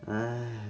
!hais!